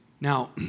Now